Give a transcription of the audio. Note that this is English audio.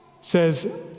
Says